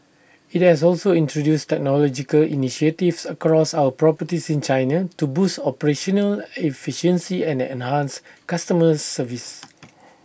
IT has also introduced technological initiatives across our properties in China to boost operational efficiency and enhance customer service